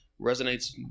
resonates